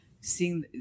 seeing